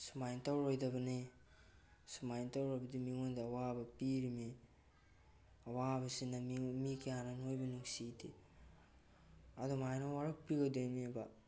ꯁꯨꯃꯥꯏꯅ ꯇꯧꯔꯣꯏꯗꯕꯅꯤ ꯁꯨꯃꯥꯏꯅ ꯇꯧꯔꯕꯗꯤ ꯃꯤꯉꯣꯟꯗ ꯑꯋꯥꯕ ꯄꯤꯔꯤꯝꯃꯤ ꯑꯋꯥꯕꯁꯤꯅ ꯃꯤ ꯀꯌꯥꯅ ꯅꯣꯏꯕꯨ ꯅꯨꯡꯁꯤꯗꯦ ꯑꯗꯨꯃꯥꯏꯅ ꯋꯥꯔꯛꯄꯤꯒꯗꯣꯏꯅꯦꯕ